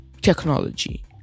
technology